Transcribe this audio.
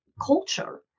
culture